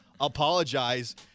apologize